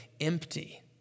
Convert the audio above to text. empty